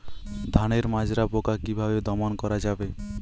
ধানের মাজরা পোকা কি ভাবে দমন করা যাবে?